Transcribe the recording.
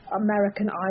American